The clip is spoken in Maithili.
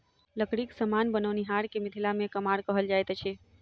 लकड़ीक समान बनओनिहार के मिथिला मे कमार कहल जाइत अछि